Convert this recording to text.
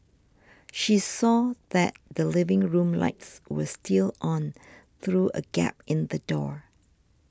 she saw that the living room lights were still on through a gap in the door